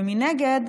ומנגד,